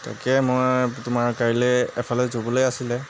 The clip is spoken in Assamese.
তাকে মই তোমাৰ কাইলৈ এফালে যাবলৈ আছিলে